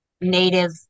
native